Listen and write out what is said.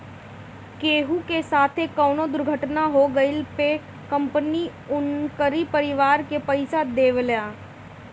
केहू के साथे कवनो दुर्घटना हो गइला पे कंपनी उनकरी परिवार के पईसा देवेला